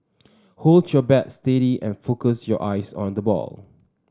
hold your bat steady and focus your eyes on the ball